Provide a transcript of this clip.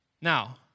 Now